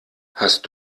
hast